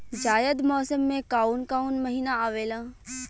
जायद मौसम में काउन काउन महीना आवेला?